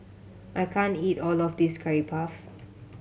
I can't eat all of this Curry Puff